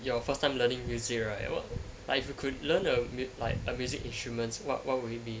your first time learning music right what like if you could learn a like a music instrument what what would it be